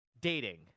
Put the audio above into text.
dating